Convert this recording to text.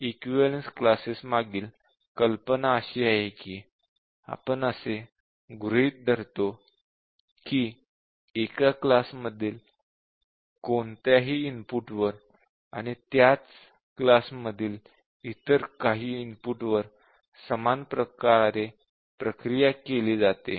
equivalence classes मागील कल्पना अशी आहे की आपण असे गृहीत धरतो की एका क्लास मधील कोणताही इनपुटवर आणि त्याच वर्गातील इतर काही इनपुटवर समान प्रकारे प्रक्रिया केली जाते